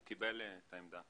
הוא קיבל את העמדה.